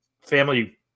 family